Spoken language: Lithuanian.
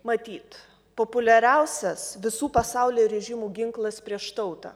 matyt populiariausias visų pasaulio režimų ginklas prieš tautą